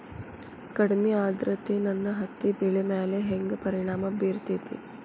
ಕಡಮಿ ಆದ್ರತೆ ನನ್ನ ಹತ್ತಿ ಬೆಳಿ ಮ್ಯಾಲ್ ಹೆಂಗ್ ಪರಿಣಾಮ ಬಿರತೇತಿ?